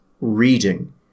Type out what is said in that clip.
reading